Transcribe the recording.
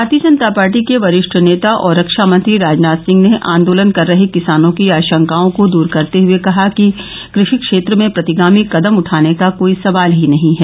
भारतीय जनता पार्टी के वरिष्ठ नेता और रक्षा मंत्री राजनाथ सिंह ने आंदोलन कर रहे किसानों की आशंकाओं को दूर करते हुए कहा कि कृषि क्षेत्र में प्रतिगामी कदम उठाने का कोई सवाल ही नहीं है